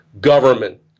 Government